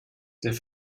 der